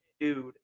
dude